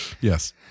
Yes